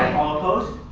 all opposed?